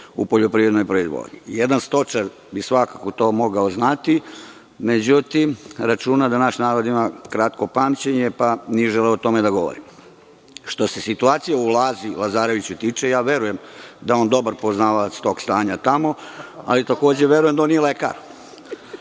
u poljoprivrednoj proizvodnji. Jedan stočar bi svakako to mogao znati. Međutim, računa da naš narod ima kratko pamćenje, pa nije želeo da o tome govori. Što se situacije u Lazi Lazarević tiče, verujem da je on dobar poznavalac tog stanja tamo. Ali, takođe verujem da on nije lekar. Što